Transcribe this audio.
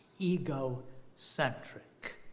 egocentric